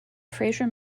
fraser